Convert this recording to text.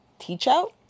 Teachout